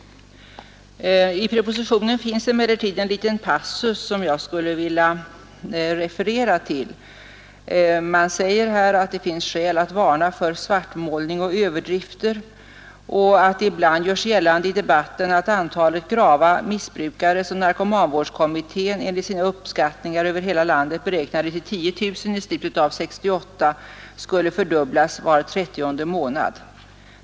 I propositionen finns emellertid en liten passus som jag skulle vilja referera till. Man säger att det finns skäl att varna för svartmålning och överdrifter och att det ibland görs gällande i debatten att antalet grava missbrukare, som narkomanvårdskommittén enligt sina uppskattningar över hela landet beräknade till 10 000 i slutet av 1968, skulle fördubblas var trettionde månad.